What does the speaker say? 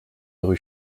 rue